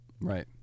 right